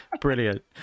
Brilliant